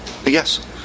Yes